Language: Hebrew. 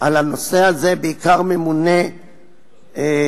על הנושא הזה ממונה בעיקר,